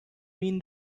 mean